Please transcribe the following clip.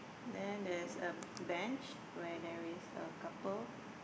then there's a bench where there is a couple